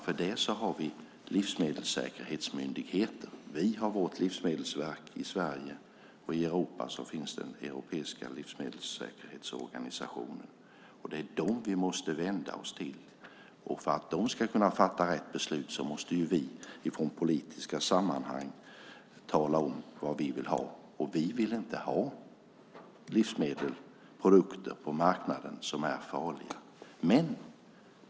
För det har vi livsmedelssäkerhetsmyndigheter. Vi har vårt livsmedelsverk i Sverige, och i Europa finns den europeiska livsmedelssäkerhetsorganisationen. Det är dem vi måste vända oss till. För att de ska kunna fatta rätt beslut måste vi från politiska sammanhang tala om vad vi vill ha. Vi vill inte ha livsmedel och produkter på marknaden som är farliga.